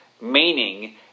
Meaning